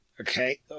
Okay